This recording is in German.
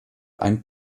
ein